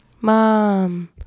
Mom